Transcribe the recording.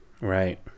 Right